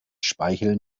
speichel